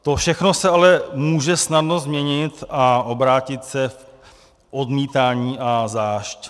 To všechno se ale může snadno změnit a obrátit se v odmítání a zášť.